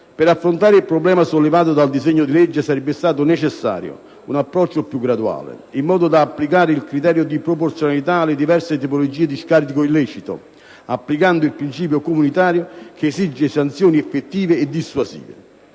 Per affrontare il problema sollevato dal disegno di legge sarebbe stato necessario un approccio più graduale, in modo da applicare il criterio di proporzionalità alle diverse tipologie di scarico illecito, applicando il principio comunitario che esige sanzioni effettive e dissuasive.